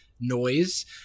noise